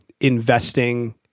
investing